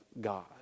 God